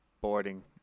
boarding